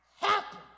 happen